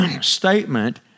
statement